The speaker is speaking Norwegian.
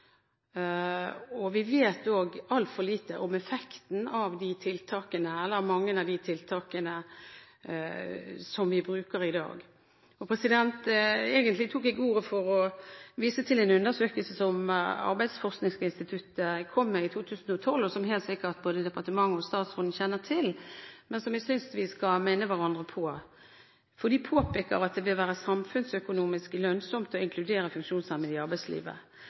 tiltak. Vi vet også altfor lite om effekten av mange av de tiltakene som vi bruker i dag. Egentlig tok jeg ordet for å vise til en undersøkelse som Arbeidsforskningsinstituttet kom med i 2012, som helt sikkert både departementet og statsråden kjenner til, men som jeg synes vi skal minne hverandre om. Arbeidsforskningsinstituttet påpeker at det vil være samfunnsøkonomisk lønnsomt å inkludere funksjonshemmede i arbeidslivet.